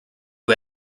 who